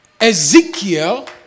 Ezekiel